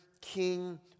King